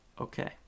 Okay